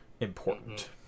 important